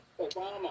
Obama